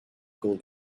gold